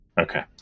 Okay